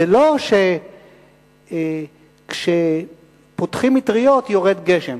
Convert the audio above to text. זה לא שכאשר פותחים מטריות יורד גשם.